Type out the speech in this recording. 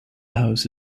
house